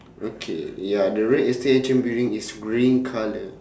okay ya the real estate agent building is green colour